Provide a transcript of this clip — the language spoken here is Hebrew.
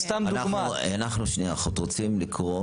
זו סתם דוגמה --- אנחנו רוצים לקרוא